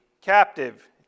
captive